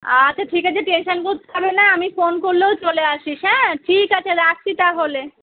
আচ্ছা ঠিক আছে টেনশান করতে হবে না আমি ফোন করলেও চলে আসিস হ্যাঁ ঠিক আছে রাখছি তাহলে